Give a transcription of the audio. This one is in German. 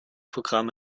programm